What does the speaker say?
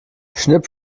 schnipp